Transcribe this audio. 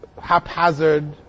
haphazard